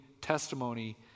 testimony